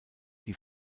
die